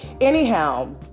Anyhow